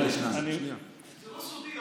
זה לא סודי.